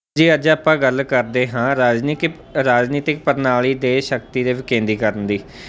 ਜੀ ਅੱਜ ਆਪਾਂ ਗੱਲ ਕਰਦੇ ਹਾਂ ਰਾਜਨੀਕਿਪ ਰਾਜਨੀਤਿਕ ਪ੍ਰਣਾਲੀ ਦੇ ਸ਼ਕਤੀ ਦੇ ਵਿਕੇਂਦੀਕਰਨ ਦੀ